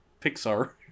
Pixar